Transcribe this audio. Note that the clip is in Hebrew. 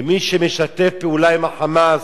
ומי שמשתף פעולה עם ה"חמאס",